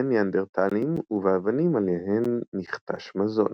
ניאנדרטלים ובאבנים עליהן נכתש מזון.